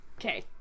Okay